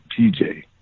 PJ